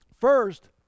First